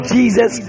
Jesus